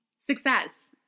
Success